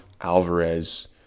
Alvarez